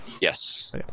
Yes